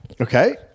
Okay